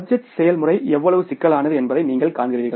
budget செயல்முறை எவ்வளவு சிக்கலானது என்பதை நீங்கள் காண்கிறீர்கள்